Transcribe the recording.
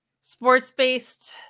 sports-based